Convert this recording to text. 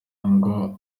ngo